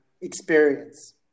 experience